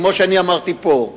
כמו שאמרתי פה,